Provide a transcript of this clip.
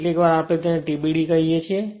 કેટલીક વાર આપણે તેને TBD તરીકે કહીએ છીએ